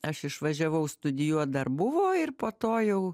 aš išvažiavau studijuot dar buvo ir po to jau